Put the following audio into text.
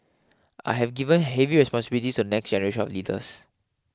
I have given heavy responsibilities to the next generation of leaders